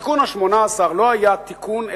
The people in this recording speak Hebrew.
התיקון ה-18 לא היה תיקון,